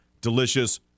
Delicious